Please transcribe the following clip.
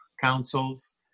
councils